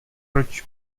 proč